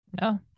No